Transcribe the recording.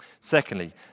Secondly